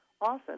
Often